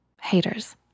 haters